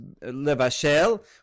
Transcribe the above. Levashel